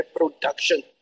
reproduction